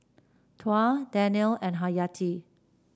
Tuah Daniel and Haryati